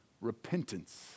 Repentance